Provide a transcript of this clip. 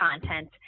content